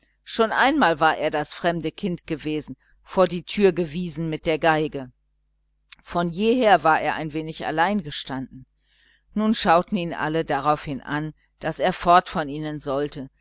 schon einmal war er das fremde kind gewesen vor die türe gewiesen mit der violine von jeher war er ein wenig allein gestanden nun schauten ihn alle darauf hin an daß er fort von ihnen sollte